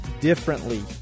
differently